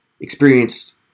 experienced